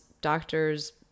doctors